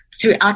throughout